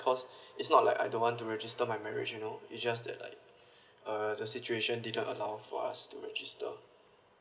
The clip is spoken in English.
cause it's not like I don't want to register my marriage you know it's just that like uh the situation didn't allow for us to register